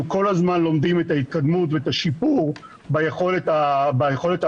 אנחנו כל הזמן לומדים את ההתקדמות ואת השיפור ביכולת ההשכלתית,